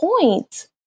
point